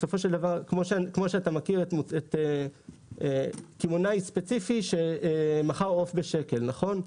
בסופו של דבר כמו שאתה מכיר קמעונאי ספציפי שמכר עוף בשקל נכון?